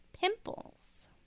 pimples